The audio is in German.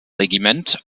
regiment